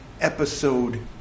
Episode